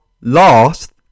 last